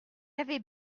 avait